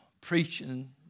preaching